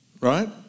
right